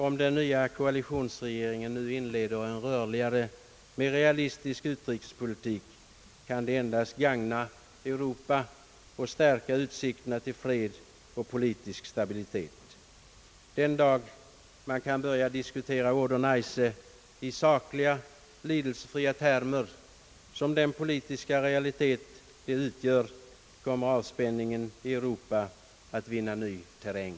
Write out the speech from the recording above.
Om den nya koalitionsregeringen nu inleder en rörligare och mera realistisk utrikespolitik, kan det endast gagna Europa och stärka utsikterna till fred och politisk stabilitet. Den dag man kan börja diskutera Oder-Neisse i sakliga och lidelsefria termer — som den politiska realitet den utgör — kommer avspänningen i Europa att vinna ny terräng.